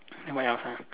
then what else ah